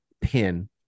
pin